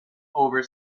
over